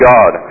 God